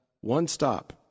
one-stop